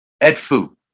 Edfu